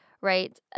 Right